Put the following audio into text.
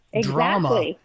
drama